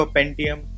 Pentium